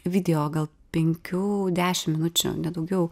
video gal penkių dešim minučių ne daugiau